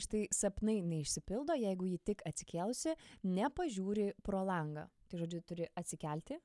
štai sapnai neišsipildo jeigu ji tik atsikėlusi nepažiūri pro langą tai žodžiu turi atsikelti